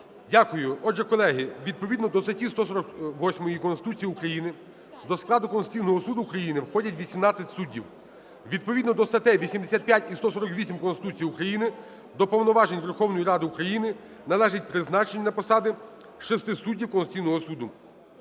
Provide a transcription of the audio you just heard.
Дякую. Отже, колеги відповідно до статті 148 Конституції України до складу Конституційного Суду України входять 18 суддів. Відповідно до статей 85 і 148 Конституції України до повноважень Верховної Ради України належить призначення на посади 6 суддів Конституційного Суду.